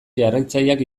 jarraitzaileak